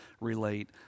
relate